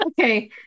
Okay